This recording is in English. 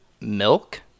milk